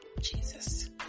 Jesus